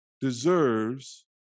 deserves